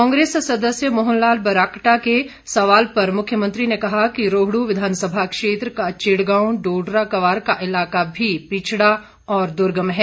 कांग्रेस सदस्य मोहन लाल ब्राक्टा के सवाल पर मुख्यमंत्री ने कहा कि रोहडू विधानसभा क्षेत्र का चिड़गांव डोडरा क्वार का इलाका भी पिछड़ा और दुर्गम है